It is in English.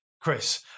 chris